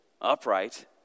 upright